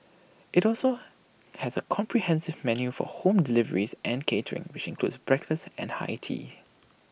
IT also has A comprehensive menu for home deliveries and catering which includes breakfast and high tea